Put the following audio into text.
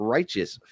Righteous